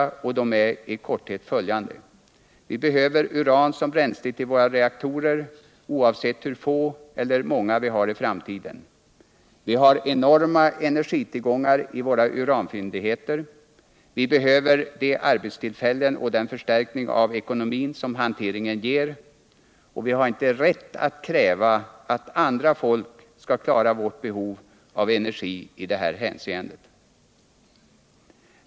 Dessa skäl är i korthet följande: vi behöver uran som bränsle till våra reaktorer oavsett hur få eller hur många vi har i framtiden, vi har enorma encrgitillgångar i våra uranfyndigheter, vi behöver de arbetstillfällen och den förstärkning av ekonomin som hanteringen ger och vi har inte rätt att kräva att andra folk skall klara vårt behov av energi i detta hänseende.